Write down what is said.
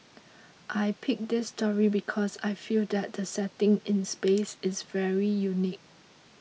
I picked this story because I feel that the setting in space is very unique